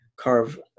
carve